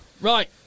Right